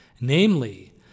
namely